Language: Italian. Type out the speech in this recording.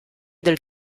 del